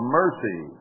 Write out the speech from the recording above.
mercy